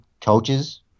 coaches